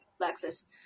Lexus